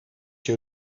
you